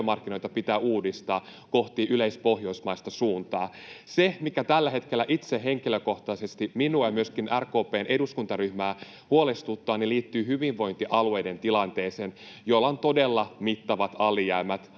että työmarkkinoita pitää uudistaa kohti yleispohjoismaista suuntaa. Se, mikä tällä hetkellä henkilökohtaisesti minua ja myöskin RKP:n eduskuntaryhmää huolestuttaa, liittyy hyvinvointialueiden tilanteeseen. Niillä on todella mittavat alijäämät, arviolta